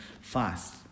fast